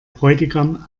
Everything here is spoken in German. bräutigam